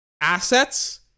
assets